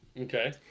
Okay